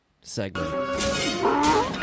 segment